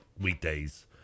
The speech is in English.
weekdays